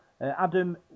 Adam